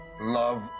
Love